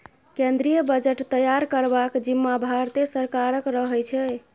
केंद्रीय बजट तैयार करबाक जिम्माँ भारते सरकारक रहै छै